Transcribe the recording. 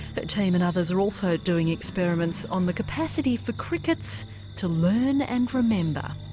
ah team and others are also doing experiments on the capacity for crickets to learn and remember.